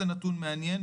זה נתון מעניין,